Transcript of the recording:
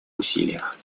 усилиях